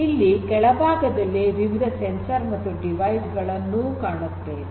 ಇಲ್ಲಿ ಕೆಳಭಾಗದಲ್ಲಿ ವಿವಿಧ ಸೆನ್ಸರ್ ಗಳು ಮತ್ತು ಡಿವೈಸ್ ಗಳನ್ನು ಕಾಣುತ್ತೇವೆ